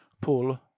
pull